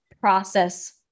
process